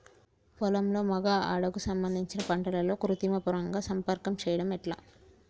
పొలంలో మగ ఆడ కు సంబంధించిన పంటలలో కృత్రిమ పరంగా సంపర్కం చెయ్యడం ఎట్ల?